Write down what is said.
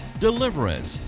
Deliverance